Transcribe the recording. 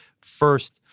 first